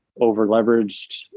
over-leveraged